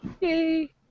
Yay